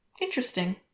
interesting